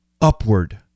upward